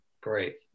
Great